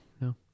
no